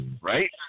right